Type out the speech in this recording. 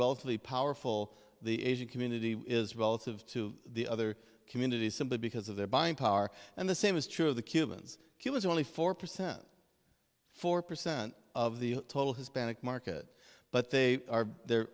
relatively powerful the asian community is relative to the other communities simply because of their buying power and the same is true of the cubans cubans only four percent four percent of the total hispanic market but they are the